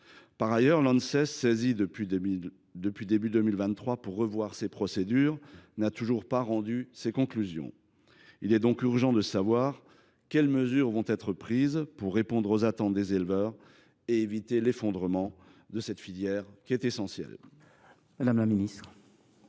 travail (Anses), saisie depuis le début de 2023 pour revoir ses procédures, n’a toujours pas rendu ses conclusions. Il est donc urgent de savoir quelles mesures seront prises pour répondre aux attentes des éleveurs et éviter l’effondrement de cette filière essentielle.